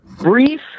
Brief